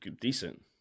decent